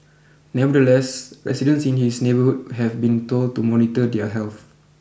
nevertheless residents in his neighbourhood have been told to monitor their health